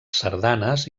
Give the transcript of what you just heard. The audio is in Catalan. sardanes